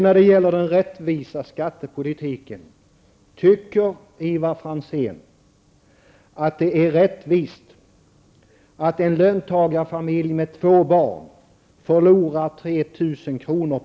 När det gäller den rättvisa skattepolitiken vill jag fråga: Tycker Ivar Franzén att det är rättvist att en löntagarfamilj med två barn förlorar 3 000 kr.